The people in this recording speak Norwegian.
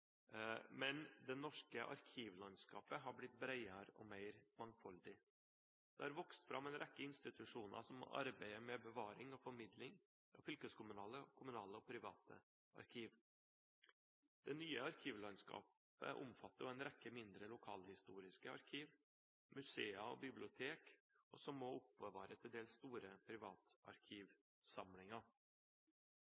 men det norske arkivlandskapet har blitt bredere og mer mangfoldig. Det har vokst fram en rekke institusjoner som arbeider med bevaring og formidling av fylkeskommunale, kommunale og private arkiv. Det nye arkivlandskapet omfatter også en rekke mindre lokalhistoriske arkiv og museer og bibliotek som oppbevarer til dels store